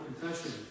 confession